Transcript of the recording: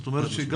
כן.